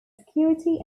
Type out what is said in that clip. security